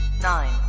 nine